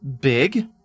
big